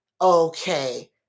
okay